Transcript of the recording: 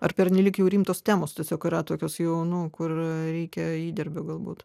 ar pernelyg jau rimtos temos tiesiog yra tokios jau nu kur reikia įdirbio galbūt